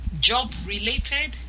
Job-related